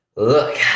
Look